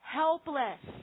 helpless